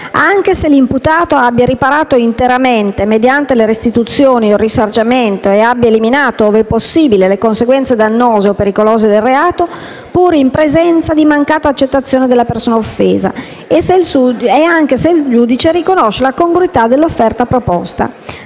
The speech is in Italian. anche se l'imputato abbia riparato interamente mediante la restituzione in risarcimento e abbia eliminato, ove possibile, le conseguenze dannose o pericolose del reato, pur in presenza di mancata accettazione della persona offesa e anche se il giudice riconosce la congruità dell'offerta proposta.